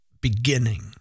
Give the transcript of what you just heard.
beginning